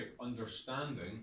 understanding